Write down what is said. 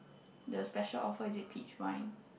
the special offer is it peach wine